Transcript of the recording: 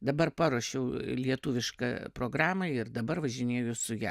dabar paruošiau lietuvišką programą ir dabar važinėju su ja